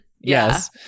yes